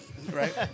Right